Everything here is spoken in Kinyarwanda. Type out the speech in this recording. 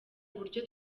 uburyo